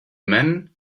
men